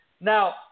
Now